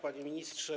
Panie Ministrze!